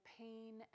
pain